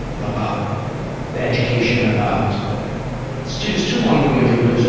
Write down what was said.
about education, about too too long to go into it,